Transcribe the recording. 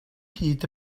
hyd